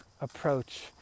approach